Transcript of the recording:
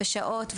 שעות,